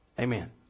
Amen